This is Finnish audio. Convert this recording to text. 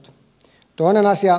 toinen asia